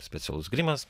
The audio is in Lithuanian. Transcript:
specialus grimas